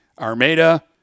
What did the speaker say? Armada